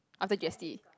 after G_S_T